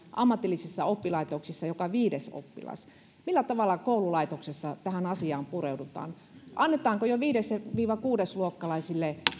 ammatillisissa oppilaitoksissa joka viides oppilas millä tavalla koululaitoksessa tähän asiaan pureudutaan annetaanko jo viides kuudesluokkalaisille